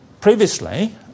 Previously